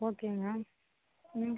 ஓகேங்க ம்